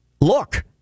Look